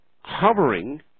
hovering